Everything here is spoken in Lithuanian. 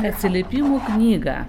atsiliepimų knygą